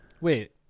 Wait